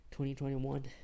2021